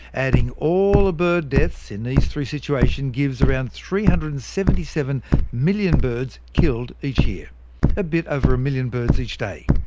adding all the bird deaths in these three situations gives around three hundred and seventy seven million birds killed each year a bit over a million birds each day.